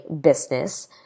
business